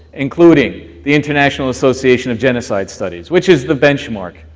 including the international association of genocide studies, which is the benchmark,